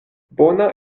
bona